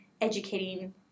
educating